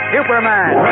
Superman